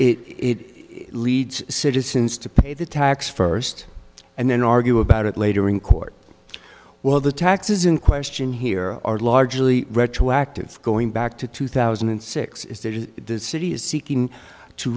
and it leads citizens to pay the tax first and then argue about it later in court while the taxes in question here are largely retroactive going back to two thousand and six is that the city is seeking to